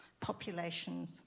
populations